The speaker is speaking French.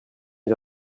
ils